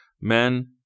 men